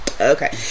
Okay